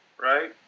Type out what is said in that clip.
right